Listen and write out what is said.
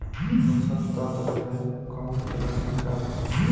पोषक तत्व के कमी के लक्षण का वा?